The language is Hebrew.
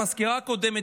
המזכירה הקודמת,